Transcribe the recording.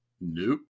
nope